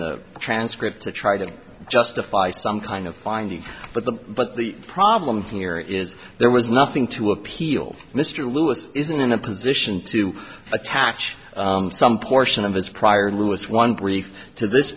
the transcript to try to justify some kind of finding but the but the problem here is there was nothing to appeal mr lewis isn't in a position to attach some portion of his prior lewis one brief to this